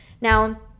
Now